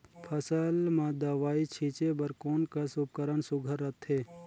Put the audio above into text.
फसल म दव ई छीचे बर कोन कस उपकरण सुघ्घर रथे?